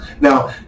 now